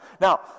Now